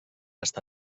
està